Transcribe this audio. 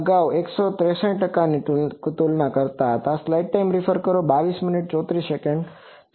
અગાઉના 163 ટકાની તુલના કરતા